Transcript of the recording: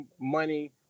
money